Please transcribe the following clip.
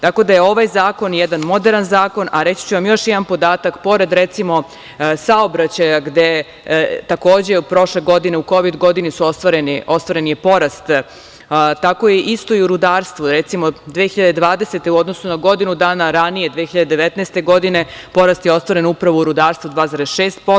Tako da je ovaj zakon jedan moderan zakon, a reći ću vam još jedan podatak, pored recimo saobraćaja gde je takođe u prošloj godini, u kovid godini ostvaren je porast, tako je isto i u rudarstvu – recimo, 2020. godine u odnosu na godinu dana ranije, 2019. godine, porast je ostvaren upravo u rudarstvu 2,6%